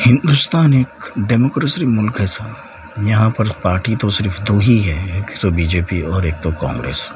ہندوستان ایک ڈیموکریسی ملک ہے سر یہاں پر پارٹی تو صرف دو ہی ہے ایک تو بی جے پی ایک تو کانگریس